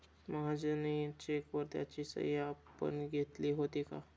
महाजनी चेकवर त्याची सही आपण घेतली होती का?